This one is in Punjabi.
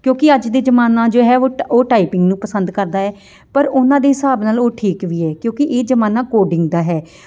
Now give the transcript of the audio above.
ਕਿਉਂਕਿ ਅੱਜ ਦੇ ਜ਼ਮਾਨਾ ਜੋ ਹੈ ਉਹ ਟ ਉਹ ਟਾਈਪਿੰਗ ਨੂੰ ਪਸੰਦ ਕਰਦਾ ਹੈ ਪਰ ਉਹਨਾਂ ਦੇ ਹਿਸਾਬ ਨਾਲ ਉਹ ਠੀਕ ਵੀ ਹੈ ਕਿਉਂਕਿ ਇਹ ਜ਼ਮਾਨਾ ਕੋਡਿੰਗ ਦਾ ਹੈ